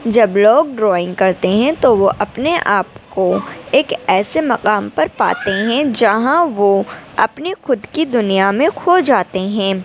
جب لوگ ڈرائنگ کرتے ہیں تو وہ اپنے آپ کو ایک ایسے مقام پر پاتے ہیں جہاں وہ اپنی خود کی دنیا میں کھو جاتے ہیں